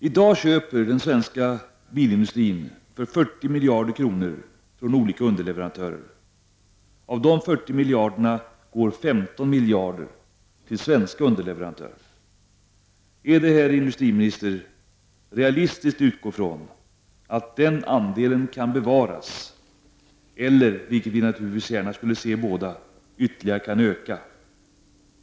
I dag köper den svenska bilindustrin för 40 miljarder kronor från olika underleverantörer. Av de 40 miljarderna går 15 miljarder till svenska underleverantörer. Är det, herr industriminister, realistiskt att utgå från att den andelen kan bevaras eller — vilket vi naturligtvis båda gärna skulle se — ytter ligare kan öka?